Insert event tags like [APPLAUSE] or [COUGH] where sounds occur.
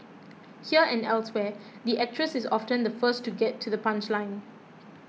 [NOISE] here and elsewhere the actress is often the first to get to the punchline